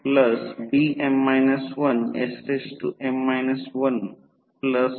हे I2 R e j Xe 1 घेतल्यास